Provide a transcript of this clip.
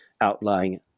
outlying